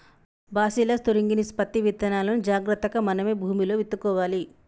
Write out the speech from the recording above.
bacillus thuringiensis పత్తి విత్తనాలును జాగ్రత్తగా మనమే భూమిలో విత్తుకోవాలి